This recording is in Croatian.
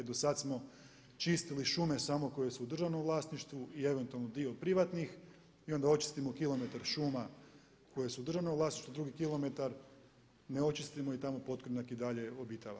Do sada smo, čistili šume samo koje su u državnom vlasništvu i eventualno dio privatnih i onda očistimo kilometar šuma koje su u državnom vlasništvu, drugi kilometar ne očistimo i tamo potkornjak i dalje obitava.